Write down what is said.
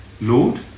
Lord